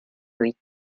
huit